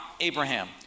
Abraham